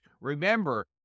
Remember